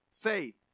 faith